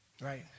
Right